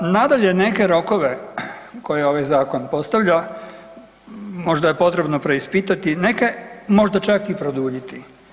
Nadalje, neke rokove koje ovaj zakon postavlja možda je potrebno preispitati, neke možda čak i produljiti.